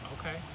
Okay